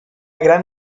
gran